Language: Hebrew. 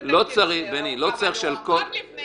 לא צריך שעל כל נושא